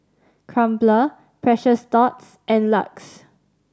Crumpler Precious Thots and LUX